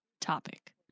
topic